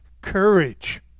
courage